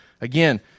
again